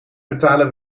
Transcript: betalen